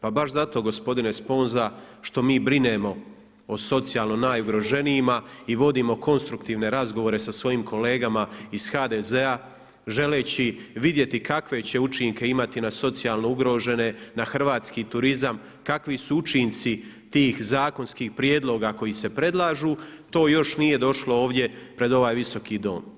Pa baš zato gospodine Sponza što mi brinemo o socijalno najugroženijima i vodimo konstruktivne razgovore sa svojim kolegama iz HDZ-a želeći vidjeti kakve će učinke imati na socijalno ugrožene, na hrvatski turizam, kakvi su učinci tih zakonskih prijedloga koji se predlažu, to još nije došlo ovdje pred ovaj Visoki dom.